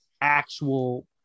actual